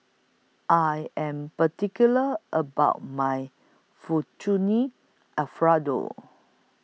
I Am particular about My Fettuccine Alfredo